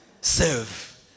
Serve